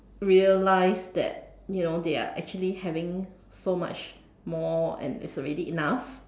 realize that you know they are actually having so much more and it's already enough